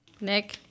Nick